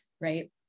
right